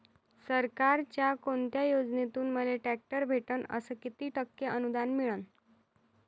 सरकारच्या कोनत्या योजनेतून मले ट्रॅक्टर भेटन अस किती टक्के अनुदान मिळन?